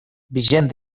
vigent